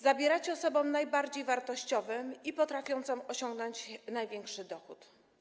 Zabieracie osobom najbardziej wartościowym i potrafiącym osiągnąć największy dochód.